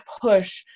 push